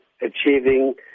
achieving